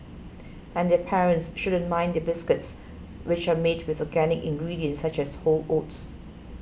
and their parents shouldn't mind the biscuits which are made with organic ingredients such as whole oats